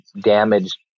damaged